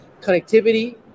connectivity